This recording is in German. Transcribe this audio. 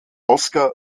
oskar